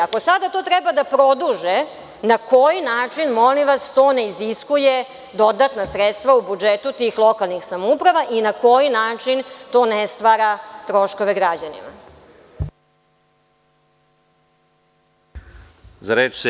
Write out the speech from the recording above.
Ako sada to treba da produže, na koji način, molim vas, to ne iziskuje dodatna sredstva u budžetu tih lokalnih samouprava i na koji način to ne stvara troškove građanima? (Vladimir Đukanović, s mesta: Povreda Poslovnika.